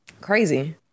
Crazy